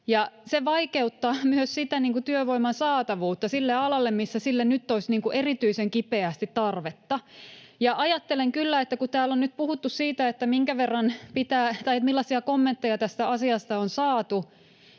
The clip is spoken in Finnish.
se vaikeuttaa myös työvoiman saatavuutta sille alalle, missä sille nyt olisi erityisen kipeästi tarvetta. Ja ajattelen kyllä, että kun täällä on nyt puhuttu siitä, minkä verran pitää... tai että millaisia kommentteja tästä asiasta on saatu,